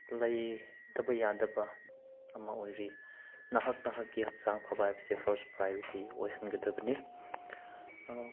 ꯂꯩꯇꯕ ꯌꯥꯗꯕ ꯑꯃ ꯑꯣꯏꯔꯤ ꯅꯍꯥꯛ ꯅꯍꯥꯛꯀꯤ ꯍꯛꯆꯥꯡ ꯐꯕ ꯍꯥꯏꯕꯁꯦ ꯐꯔꯁ ꯄ꯭ꯔꯥꯏꯌꯣꯔꯤꯇꯤ ꯑꯣꯏꯍꯟꯒꯗꯕꯅꯤ